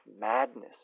madness